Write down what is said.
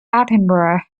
attenborough